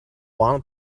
one